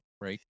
right